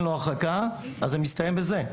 אז זה מסתיים בזה.